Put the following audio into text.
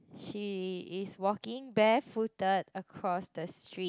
she is walking barefooted across the street